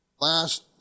last